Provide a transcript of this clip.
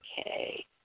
Okay